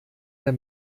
der